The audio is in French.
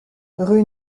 rue